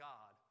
God